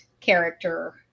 character